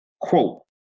quote